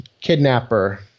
Kidnapper